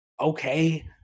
okay